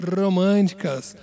românticas